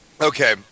Okay